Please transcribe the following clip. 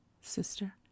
Sister